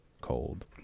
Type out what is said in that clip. cold